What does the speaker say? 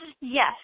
Yes